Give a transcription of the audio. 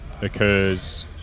occurs